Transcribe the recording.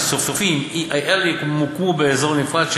המסופים EIL ימוקמו באזור נפרד,